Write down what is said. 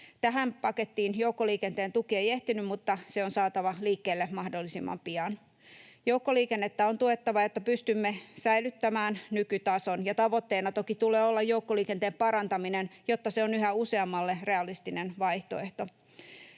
Tähän pakettiin joukkoliikenteen tuki ei ehtinyt, mutta se on saatava liikkeelle mahdollisimman pian. Joukkoliikennettä on tuettava, jotta pystymme säilyttämään nykytason, ja tavoitteena toki tulee olla joukkoliikenteen parantaminen, jotta se on yhä useammalle realistinen vaihtoehto.